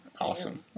Awesome